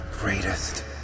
greatest